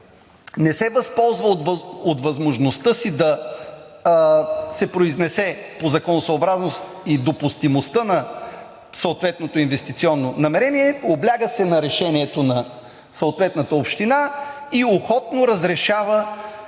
не се възползва от възможността си да се произнесе по законосъобразността и допустимостта на съответното инвестиционно намерение, обляга се на решението на съответната община и охотно разрешава